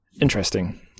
interesting